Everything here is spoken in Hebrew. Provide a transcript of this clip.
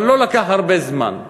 אבל לא לקח הרבה זמן,